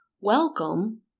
Welcome